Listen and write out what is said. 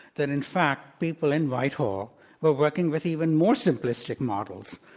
that in fact, people in whitehall were working with even more simplistic models.